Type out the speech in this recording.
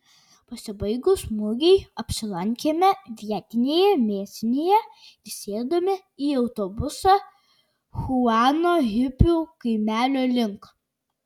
pasibaigus mugei apsilankėme vietinėje mėsinėje ir sėdome į autobusą chuano hipių kaimelio link